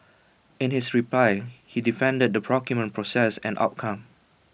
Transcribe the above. in his reply he defended the procurement process and outcome